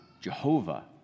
Jehovah